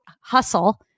hustle